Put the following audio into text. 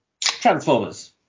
Transformers